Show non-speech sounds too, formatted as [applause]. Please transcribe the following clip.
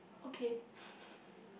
okay [breath]